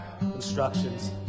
instructions